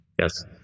Yes